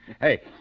Hey